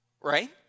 right